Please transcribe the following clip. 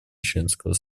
членского